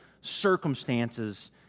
circumstances